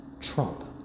Trump